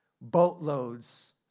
Boatloads